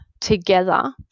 together